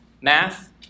Math